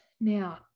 Now